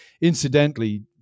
Incidentally